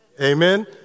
amen